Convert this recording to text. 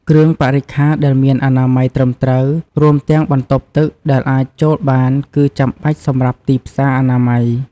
គ្រឿងបរិក្ខារដែលមានអនាម័យត្រឹមត្រូវ រួមទាំងបន្ទប់ទឹកដែលអាចចូលបានគឺចាំបាច់សម្រាប់ទីផ្សារអនាម័យ។